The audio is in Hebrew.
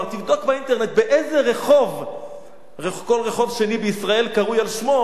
תבדוק באינטרנט באיזה רחוב כל רחוב שני בישראל קרוי על שמו,